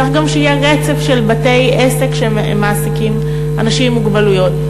צריך גם שיהיה רצף של בתי-עסק שמעסיקים אנשים עם מוגבלויות.